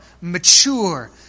mature